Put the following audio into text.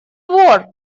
вор